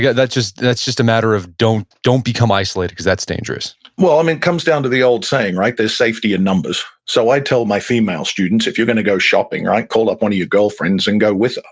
that's just that's just a matter of don't don't become isolated because that's dangerous well, i mean, it comes down to the old saying, right? there's safety in numbers. so i tell my female students, if you're going to go shopping, call up one of your girlfriends and go with her.